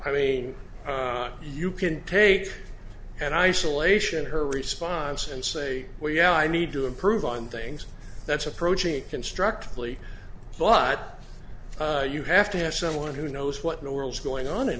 i mean you can take and isolation her response and say well yeah i need to improve on things that's approaching constructively but you have to have someone who knows what the world's going on in